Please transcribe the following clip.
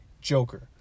Joker